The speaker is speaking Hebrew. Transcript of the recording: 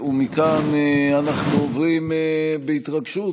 ומכאן אנחנו עוברים בהתרגשות